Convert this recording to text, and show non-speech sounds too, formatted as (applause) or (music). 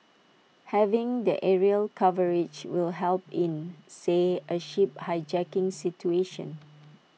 having the aerial coverage will help in say A ship hijacking situation (noise)